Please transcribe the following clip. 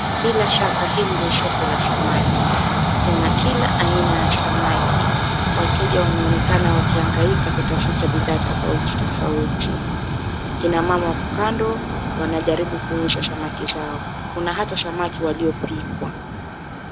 Bila shaka hili ni soko la samaki. Kuna kila aina ya samaki. Wateja wanaonekana wakihangaika kutafuta bidhaa tofauti tofauti. Kina mama wako kando wanajaribu kuuza samaki zao. Kuna hata samaki waliopikwa.